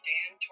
Dan